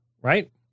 right